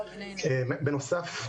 בנוסף,